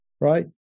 right